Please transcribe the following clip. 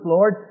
Lord